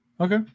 Okay